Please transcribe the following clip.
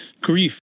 grief